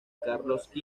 carlos